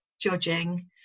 judging